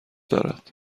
دارد